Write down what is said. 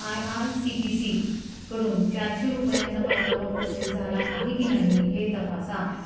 I R C T सीकडून चारशे रुपयांचा परतावा प्रोसेस झाला आहे की नाही हे तपासा